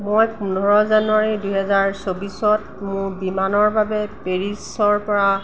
মই পোন্ধৰ জানুৱাৰী দুহেজাৰ চৌবিচত মোৰ বিমানৰ বাবে পেৰিছৰ পৰা